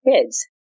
kids